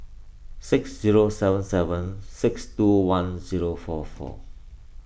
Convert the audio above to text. six zero seven seven six two one zero four four